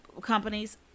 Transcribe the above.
companies